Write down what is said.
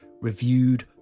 reviewed